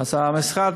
אז המשרד